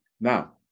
Now